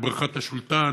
או בריכת הסולטן,